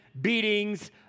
beatings